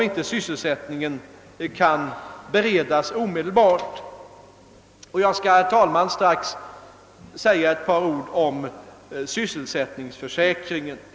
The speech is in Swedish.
Jag skall, herr talman, strax säga ett par ord om sysselsättningsförsäkring.